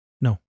No